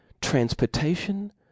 transportation